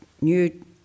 new